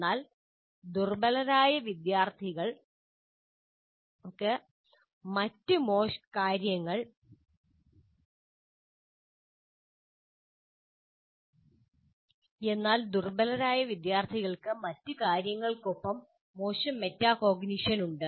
എന്നാൽ ദുർബലരായ വിദ്യാർത്ഥികൾക്ക് മറ്റ് കാര്യങ്ങൾക്കൊപ്പം മോശം മെറ്റാകോഗ്നിഷൻ ഉണ്ട്